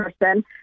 person